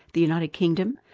the united kingdom,